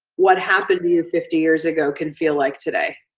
what happened to you fifty years ago can feel like today.